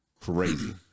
crazy